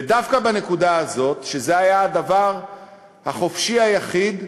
ודווקא בנקודה הזאת, שזה היה הדבר החופשי היחיד,